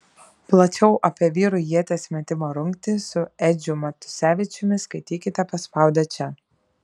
plačiau apie vyrų ieties metimo rungtį su edžiu matusevičiumi skaitykite paspaudę čia